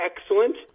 excellent